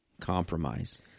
compromise